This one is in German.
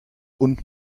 und